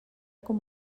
com